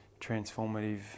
transformative